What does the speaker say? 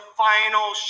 final